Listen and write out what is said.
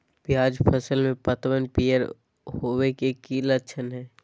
प्याज फसल में पतबन पियर होवे के की लक्षण हय?